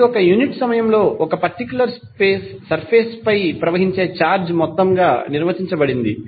ఇది ఒక యూనిట్ సమయంలో ఒక పర్టిక్యులర్ సర్ఫేస్ పై ప్రవహించే ఛార్జ్ మొత్తంగా నిర్వచించబడింది